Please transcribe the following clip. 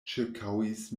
ĉirkaŭis